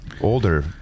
older